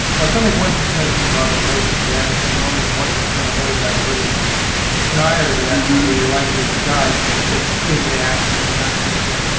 but its only one percent of people who have an allergic reaction and only one percent of those have really dire reactions where you're likely to die. you just get skin reactions and that sort of thing.